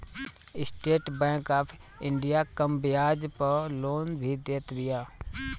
estate Bank of India कम बियाज पअ लोन भी देत बिया